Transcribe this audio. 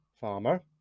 farmer